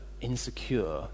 insecure